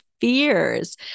fears